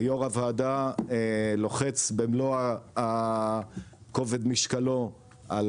ויו"ר הוועדה לוחץ במלוא כובד משקלו על